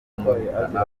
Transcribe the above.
kumuhitana